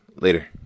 Later